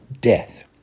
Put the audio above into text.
death